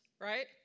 right